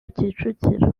kicukiro